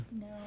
No